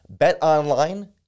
BetOnline